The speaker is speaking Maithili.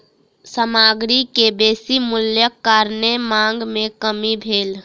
सामग्री के बेसी मूल्यक कारणेँ मांग में कमी भेल